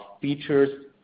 features